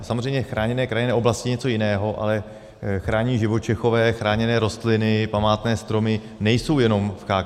Samozřejmě chráněné krajinné oblasti jsou něco jiného, ale chránění živočichové, chráněné rostliny, památné stromy nejsou jenom CHKO.